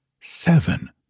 seven